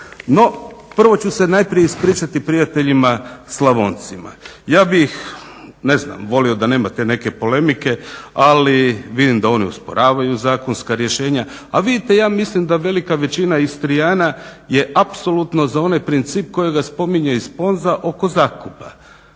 No, prvo ću se najprije ispričati prijateljima Slavoncima. Ja bih ne znam volio da nema te neke polemike, ali vidim da oni usporavaju zakonska rješenja. A vidite, ja mislim da velika većina Istrijana je apsolutno za onaj princip kojega spominje i Sponza oko zakupa.